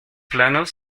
planos